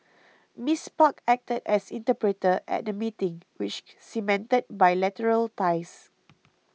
Miss Park acted as interpreter at the meeting which cemented bilateral ties